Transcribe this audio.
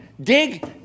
dig